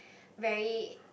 very